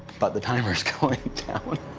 but the timer's going down.